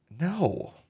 no